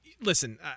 Listen